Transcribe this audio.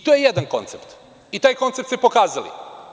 To je jedan koncept i taj koncept ste pokazali.